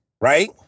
right